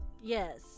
Yes